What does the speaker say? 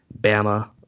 Bama